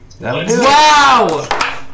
Wow